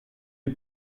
you